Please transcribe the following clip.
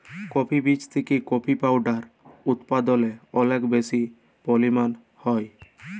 coffee বীজ থেকে coffee powder উদপাদল অলেক বেশি পরিমালে হ্যয়